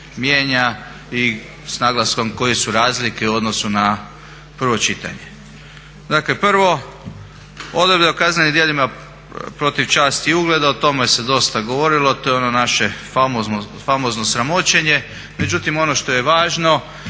mijenja i s naglaskom koje su razlike u odnosu na prvo čitanje. Dakle, prvo odredba o kaznenim djelima protiv časti i ugleda, o tome se dosta govorilo, to je ono naše famozno sramoćenje. Međutim ono što je važno,